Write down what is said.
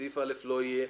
סעיף (א) לא יהיה.